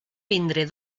vindré